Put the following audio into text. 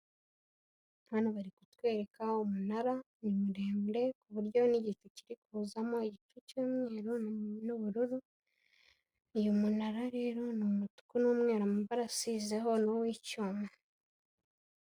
Hano bari kutwereka umunara. Ni muremure ku buryo n'igicu kiri kuzamo igice cy'umweru n'ubururu. Uyu munara rero ni umutuku n'umweru, amabara asizeho. Ni uw'icyuma.